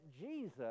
Jesus